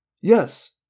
Yes